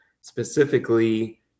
specifically